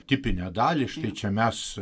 tipinę dalį štai čia mes